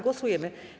Głosujemy.